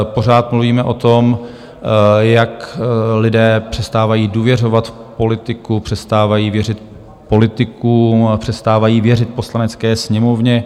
Pořád mluvíme o tom, jak lidé přestávají důvěřovat v politiku, přestávají věřit politikům a přestávají věřit Poslanecké sněmovně.